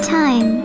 time